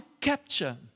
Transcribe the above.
capture